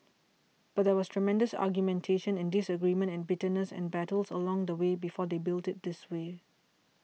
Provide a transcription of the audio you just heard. but there was tremendous argumentation and disagreement and bitterness and battles along the way before they built it this way